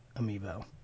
amiibo